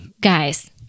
guys